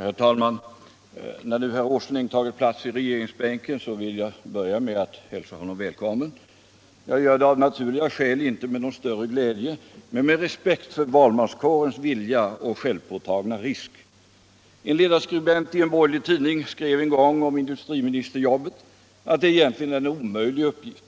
Herr talman! När nu herr Åsling har tagit plats i regeringsbänken vill jag börja med att hälsa honom välkommen. Jag gör det av naturliga skäl inte med någon större glädje, men med respekt för valmanskårens Allmänpolitisk debatt Allmänpolitisk debatt 140 vilja och självpåtagna risk. En ledarskribent i en borgerlig tidning skrev en gång om industriministerjobbet att det egentligen är en omöjlig uppgift.